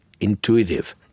intuitive